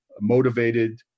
motivated